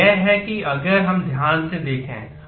तो ये है कि अगर हम ध्यान से देखें